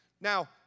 Now